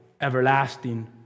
everlasting